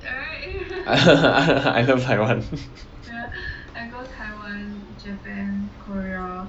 I love taiwan